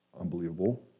unbelievable